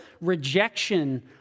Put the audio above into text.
rejection